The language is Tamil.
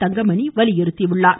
தங்கமணி வலியுறுத்தினார்